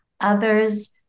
others